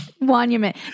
Monument